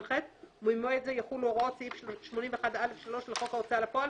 (ח) וממועד זה יחולו הוראות סעיף 81א3 לחוק ההוצאה לפועל,